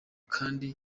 kandi